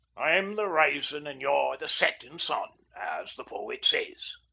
i'm the risin' and you're the settin' sun, as the poet says.